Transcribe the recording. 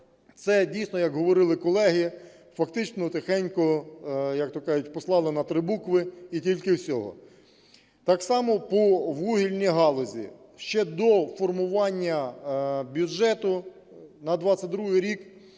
це дійсно, як говорили колеги, фактично тихенько, як то кажуть, послали на три букви, і тільки й всього. Так само по вугільній галузі, ще до формування бюджету на 2022 рік